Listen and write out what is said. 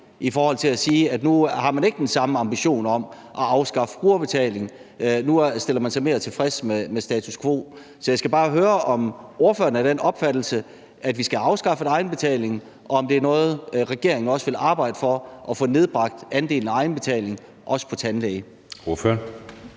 i forhold til at sige, at nu har man ikke den samme ambition om at afskaffe brugerbetaling; nu stiller man sig mere tilfreds med status quo. Så jeg skal bare høre, om ordføreren er af den opfattelse, at vi skal have afskaffet egenbetaling, og om det at få nedbragt andelen af egenbetaling er noget,